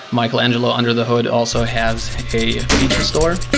michelangelo under the hood also has a feature store,